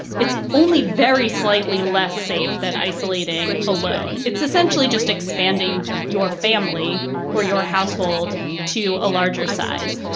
it's only very slightly less safe than isolating alone. it's essentially just expanding your family or your household to a larger size.